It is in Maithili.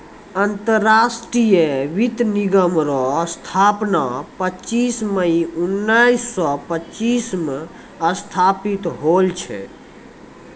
अंतरराष्ट्रीय वित्त निगम रो स्थापना पच्चीस मई उनैस सो पच्चीस मे स्थापित होल छै